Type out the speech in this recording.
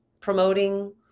promoting